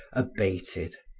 abated.